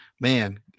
Man